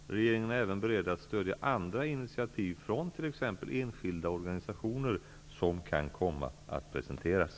Regeringen är även beredd att stödja andra initiativ, från t.ex. enskilda organisationer, som kan komma att presenteras.